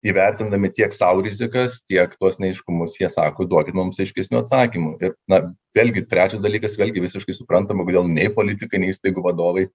įvertindami tiek sau rizikas tiek tuos neaiškumus jie sako duokit mums aiškesnių atsakymų ir na vėlgi trečias dalykas vėlgi visiškai suprantama kodėl nei politikai nei įstaigų vadovai